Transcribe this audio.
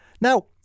Now